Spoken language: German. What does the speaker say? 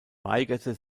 weigerte